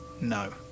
No